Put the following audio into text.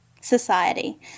Society